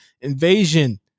Invasion